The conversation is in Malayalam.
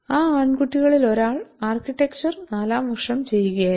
ആ ആൺകുട്ടികളിൽ ഒരാൾ ആർക്കിടെക്ചർ നാലാം വർഷം ചെയ്യുകയായിരുന്നു